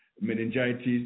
meningitis